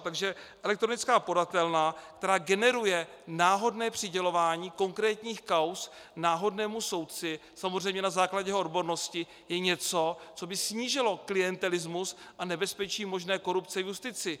Takže elektronická podatelna, která generuje náhodné přidělování konkrétních kauz náhodnému soudci, samozřejmě na základě jeho odbornosti, je něco, co by snížilo klientelismus a nebezpečí možné korupce v justici.